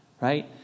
Right